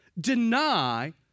deny